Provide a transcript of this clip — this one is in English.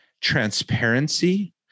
transparency